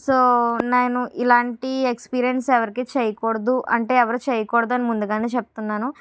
so నేను ఇలాంటి experience ఎవరికి చేయకూడదు అంటే ఎవరు చేయకూడదని ముందుగానే చెప్తున్నాను